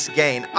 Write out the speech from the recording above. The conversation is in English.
gain